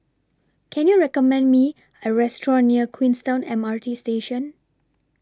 Can YOU recommend Me A Restaurant near Queenstown M R T Station